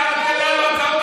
אתה מדבר?